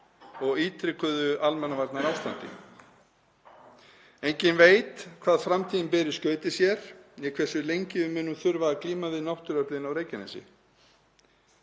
og ítrekuðu almannavarnaástandi. Enginn veit hvað framtíðin ber í skauti sér né hversu lengi við munum þurfa að glíma við náttúruöflin á Reykjanesi.